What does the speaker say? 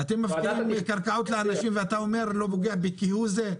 אתם מפקיעים קרקעות לאנשים ואתה אומר "לא פוגע בכהוא זה"?